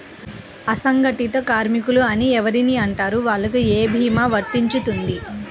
అసంగటిత కార్మికులు అని ఎవరిని అంటారు? వాళ్లకు ఏ భీమా వర్తించుతుంది?